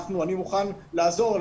אני מוכן לעזור,